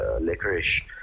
Licorice